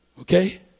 Okay